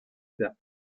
der